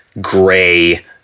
gray